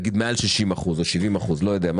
נגיד מעל 60 אחוזים או מעל 70 אחוזים או אחוז אחר.